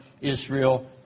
Israel